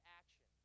action